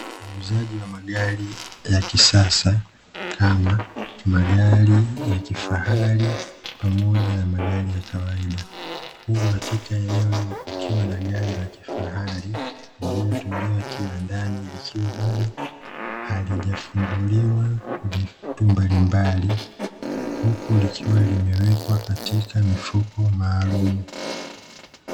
Wauzaji wa magari ya kisasa kama magari ya kifahari pamoja na magari ya kawaida, huku katika eneo hilo kukiwa na gari la kifahari iliyotolewa kiwandani likiwa bado halijafunguliwa vitu mbalimbali huku likiwa limewekwa katika mifuko maalumu.